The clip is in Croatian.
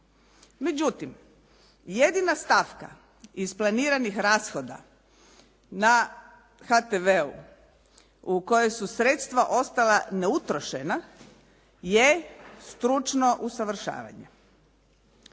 Međutim, jedina stavka isplaniranih rashoda na HTV-u u kojoj su sredstva ostala neutrošena je stručno usavršavanje.